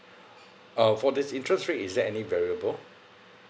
uh for this interest rate is there any variable